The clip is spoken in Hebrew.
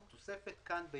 התוספת כאן היא